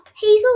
Hazel